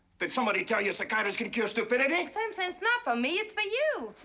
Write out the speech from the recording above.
did somebody tell you a psychiatrist can cure stupidity? samson, it's not for me. it's for you.